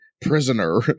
prisoner